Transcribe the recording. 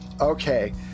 Okay